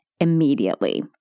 immediately